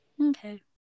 Okay